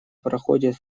проходит